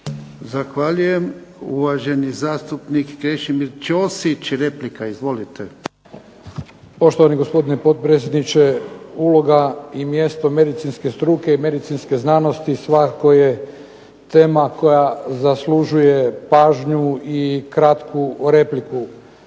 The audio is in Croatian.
Zahvaljujem. Uvaženi zastupnik Krešimir Ćosić, replika. **Ćosić, Krešimir (HDZ)** Poštovani gospodine potpredsjedniče. Uloga i mjesto medicinske struke i medicinske znanosti svakako je tema koja zaslužuje pažnju i kratku repliku.